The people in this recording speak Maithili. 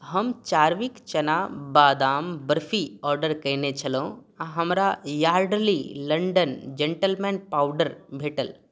हम चारविक चना बादाम बर्फी ऑर्डर कयने छलहुँ आ हमरा यार्डली लंडन जेंटलमैन पाउडर भेटल